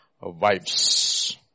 wives